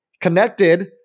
connected